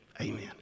Amen